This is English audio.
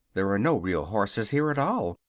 there are no real horses here at all.